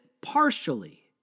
partially